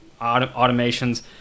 automations